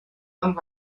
amb